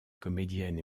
comédienne